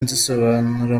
nzisobanura